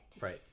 Right